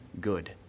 good